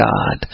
God